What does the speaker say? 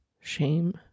shame